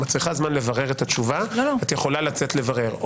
אם את צריכה זמן לברר את התשובה את יכולה לצאת לברר,